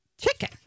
chicken